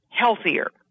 healthier